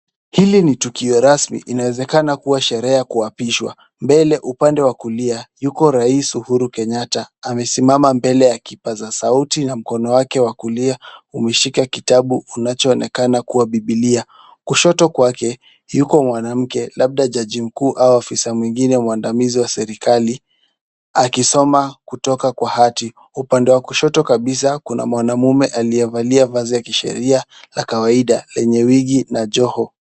Hili ni tukio rasmi. Inawezekana kuwa tukio ya kuapishwa. Mbele upande wa kulia, yuko Rais Uhuru Kenyatta amesimama mbele ya kipaza sauti na mkono wake wa kulia umeshika kitabu unachoonekana kuwa bibilia. Kushoto kwake, yuko mwanamke, labda jaji mkuu au afisa mwingine mwandamizi wa serikali akisoma kutoka kwa hati. Upande wa kushoto kabisa kuna mwanaume aliyevalia vazi ya kisheria la kawaida lenye wigi na joho.